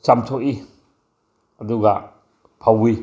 ꯆꯝꯊꯣꯛꯏ ꯑꯗꯨꯒ ꯐꯧꯏ